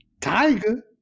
Tiger